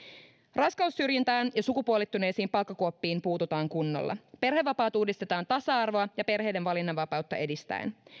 raskaussyrjintään ja sukupuolittuneisiin palkkakuoppiin puututaan kunnolla perhevapaat uudistetaan tasa arvoa ja perheiden valinnanvapautta edistäen